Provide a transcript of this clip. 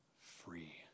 free